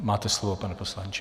Máte slovo, pane poslanče.